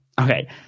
Okay